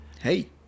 Hey